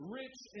rich